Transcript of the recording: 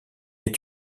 est